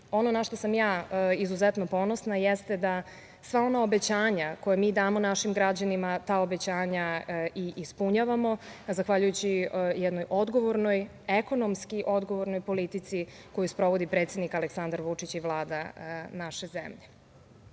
ono na šta sam ja izuzetno ponosna jeste da sva ona obećanja koja mi damo našim građanima ta obećanja i ispunjavamo zahvaljujući jednoj odgovornoj, ekonomski odgovornoj politici koju sprovodi predsednik Aleksandar Vučić i Vlada naše zemlje.